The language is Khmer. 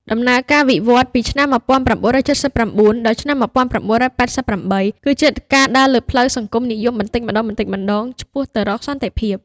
ដំណើរការវិវត្តពីឆ្នាំ ១៩៧៩ ដល់ ១៩៨៩ គឺជាការដើរលើផ្លូវសង្គមនិយមបន្តិចម្តងៗឆ្ពោះទៅរកសន្តិភាព។